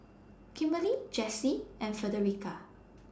Kimberli Jessye and Frederica